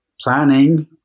planning